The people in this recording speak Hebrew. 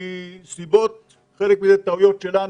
מסיבות שחלקן הוא טעויות שלנו,